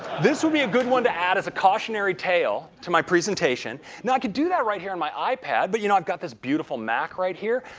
this will be a good one to add as cautionary tale to my presentation. now, i could do that right here in my ipad but, you know, i've got this beautiful mac right here.